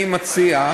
אני מציע,